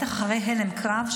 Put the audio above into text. בטח אחרי הלם קרב,